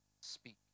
speak